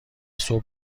صبح